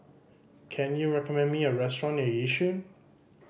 can you recommend me a restaurant near Yishun